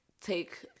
take